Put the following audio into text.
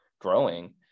growing